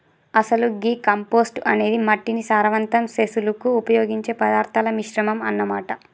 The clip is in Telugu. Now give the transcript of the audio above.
అసలు గీ కంపోస్టు అనేది మట్టిని సారవంతం సెసులుకు ఉపయోగించే పదార్థాల మిశ్రమం అన్న మాట